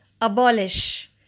abolish